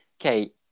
Okay